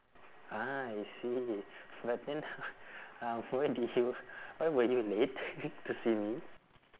ah I see but then uh why did you why were you late to see me